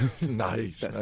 nice